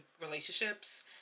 relationships